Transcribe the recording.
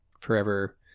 forever